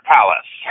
Palace